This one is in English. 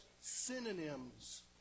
synonyms